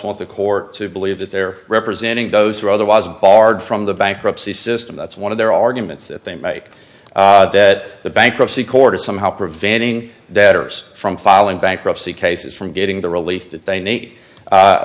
want the court to believe that they're representing those rather wasn't barred from the bankruptcy system that's one of their arguments that they make that the bankruptcy court is somehow preventing debtors from filing bankruptcy cases from getting the relief that they